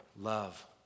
love